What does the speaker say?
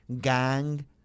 gang